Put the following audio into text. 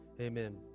amen